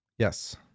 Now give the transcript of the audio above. Yes